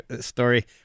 story